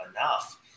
enough